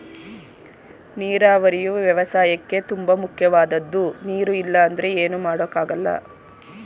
ನೀರಾವರಿಯು ವ್ಯವಸಾಯಕ್ಕೇ ತುಂಬ ಮುಖ್ಯವಾದದ್ದು ನೀರು ಇಲ್ಲ ಅಂದ್ರೆ ಏನು ಮಾಡೋಕ್ ಆಗಲ್ಲ